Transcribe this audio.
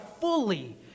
fully